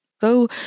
Go